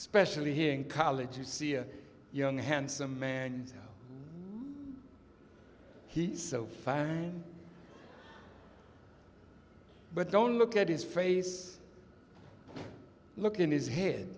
self specially here in college you see a young handsome man and he's so fine but don't look at his face look in his head